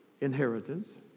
inheritance